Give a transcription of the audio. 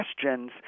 questions